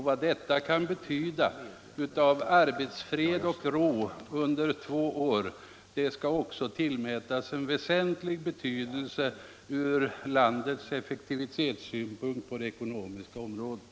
Vad detta kan betyda i form av arbetsfred och lugna förhållanden under två år skall också tillmätas en väsentlig betydelse för landets effektivitet på det ekonomiska området.